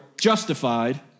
justified